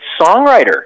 songwriter